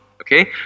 Okay